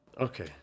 Okay